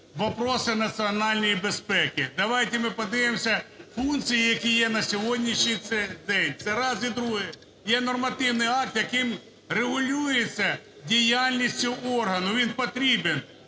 вопроси Національної безпеки? Давайте ми подивимося функції, які є на сьогоднішній день, це раз. І друге, є нормативний акт, яким регулюється діяльністю органу, він потрібен.